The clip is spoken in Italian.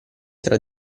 tra